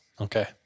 Okay